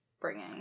bringing